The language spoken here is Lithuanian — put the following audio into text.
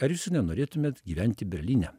ar jūs nenorėtumėt gyventi berlyne